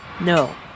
No